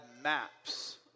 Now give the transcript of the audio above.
maps